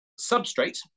substrate